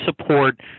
support